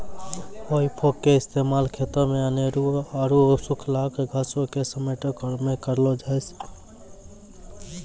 हेइ फोक के इस्तेमाल खेतो मे अनेरुआ आरु सुखलका घासो के समेटै मे करलो जाय छै